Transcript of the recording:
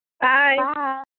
Bye